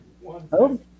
one